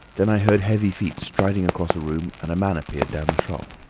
then i heard heavy feet striding across a room, and a man appeared down the shop.